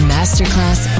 Masterclass